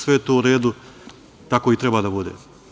Sve je to u redu, tako i treba da bude.